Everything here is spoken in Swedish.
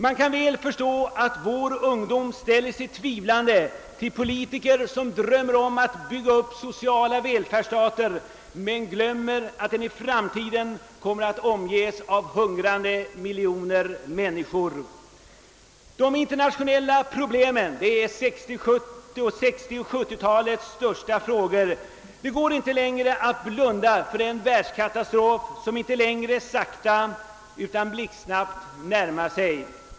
Man kan väl förstå att vår ungdom ställer sig tvivlande till politiker som drömmer om att bygga upp en social välfärdsstat men glömmer att vi i framtiden kommer att omges av hungrande miljoner människor. De internationella problemen är 1960 och 1970-talens största frågor. Det går inte längre att blunda för den världskatastrof som inte sakta utan blixtsnabbt närmar sig.